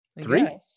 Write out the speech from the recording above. three